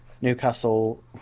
Newcastle